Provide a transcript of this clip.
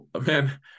man